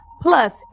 Plus